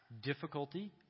difficulty